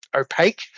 opaque